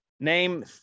Name